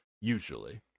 usually